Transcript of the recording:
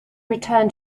return